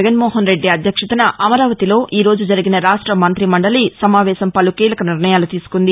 జగన్మోహన్రెడ్డి అధ్యక్షతన అమరావతిలో ఈ రోజు జరిగిన రాష్ట మంతిమండలి సమావేశం పలు కీలక నిర్ణయాలు తీసుకుంది